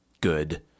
good